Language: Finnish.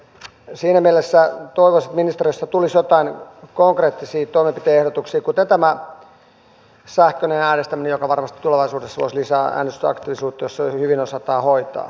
siinä mielessä toivoisin että ministeriöstä tulisi jotain konkreettisia toimenpide ehdotuksia kuten tämä sähköinen äänestäminen joka varmasti tulevaisuudessa loisi lisää äänestysaktiivisuutta jos se hyvin osataan hoitaa